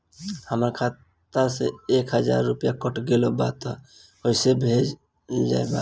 हमार खाता से एक हजार रुपया कट गेल बा त कइसे भेल बा?